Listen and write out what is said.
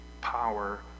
power